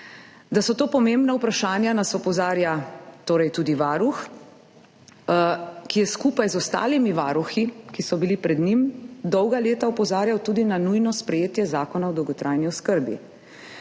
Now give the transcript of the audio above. Da so to pomembna vprašanja, nas opozarja torej tudi varuh, ki je skupaj z ostalimi varuhi, ki so bili pred njim, dolga leta opozarjal tudi na nujno sprejetje Zakona o dolgotrajni oskrbi.